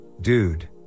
dude